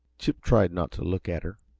chip tried not to look at her,